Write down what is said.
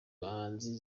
bahanzi